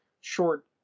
short